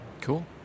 cool